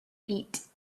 eat